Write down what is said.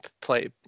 play